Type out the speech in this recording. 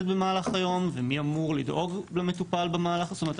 במהלך היום ומי אמור לדאוג למטופל במהלך הזמן הזה.